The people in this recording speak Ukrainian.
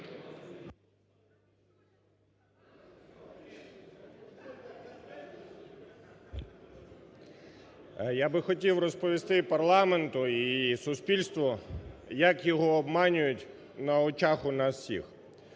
Я би хотів розповісти парламенту і суспільству, як його обманюють на очах у нас всіх.